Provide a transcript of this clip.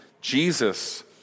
Jesus